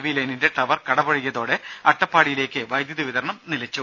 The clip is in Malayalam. വി ലൈനിന്റെ ടവർ കടപുഴകിയതോടെ അട്ടപ്പാടിയിലേക്ക് വൈദ്യുത വിതരണം നിലച്ചു